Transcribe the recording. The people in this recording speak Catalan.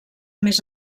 més